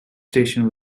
station